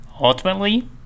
ultimately